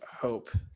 hope